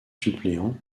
suppléant